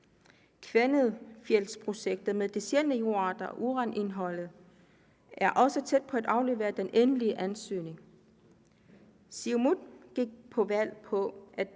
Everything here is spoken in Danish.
Kvanefjeldsprojektet med specielle jordarter med uranindhold er også tæt på at aflevere en endelig ansøgning. Siumut gik til valg på at